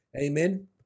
Amen